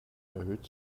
erhöht